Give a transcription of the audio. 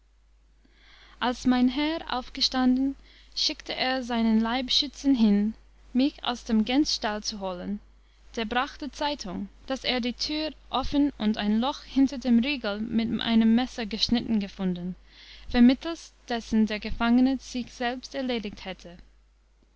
als mein herr aufgestanden schickte er seinen leibschützen hin mich aus dem gänsstall zu holen der brachte zeitung daß er die tür offen und ein loch hinter dem riegel mit einem messer geschnitten gefunden vermittelst dessen der gefangene sich selbst erledigt hätte